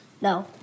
No